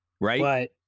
right